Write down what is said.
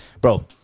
Bro